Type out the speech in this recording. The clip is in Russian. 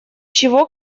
чего